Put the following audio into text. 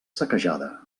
saquejada